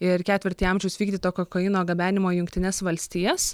ir ketvirtį amžiaus vykdyto kokaino gabenimo į jungtines valstijas